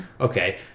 okay